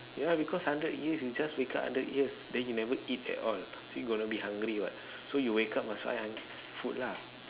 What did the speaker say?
yeah lah because hundred years you just wake up hundred years then you never eat at all so you gonna be hungry [what] so you wake up must find food lah